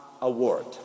Award